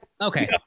Okay